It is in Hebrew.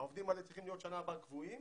העובדים האלה צריכים להיות בשנה הבאה קבועים